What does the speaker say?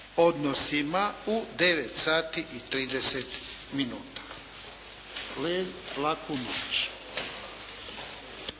odnosima u 9 sati i 30 minuta. Kolege laku noć!